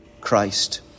Christ